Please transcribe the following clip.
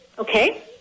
Okay